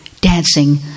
dancing